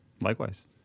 Likewise